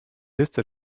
liste